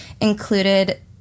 included